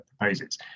proposes